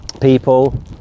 people